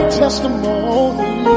testimony